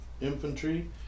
infantry